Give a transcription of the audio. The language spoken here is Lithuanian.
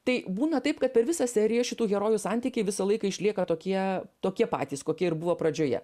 tai būna taip kad per visą seriją šitų herojų santykiai visą laiką išlieka tokie tokie patys kokie ir buvo pradžioje